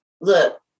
look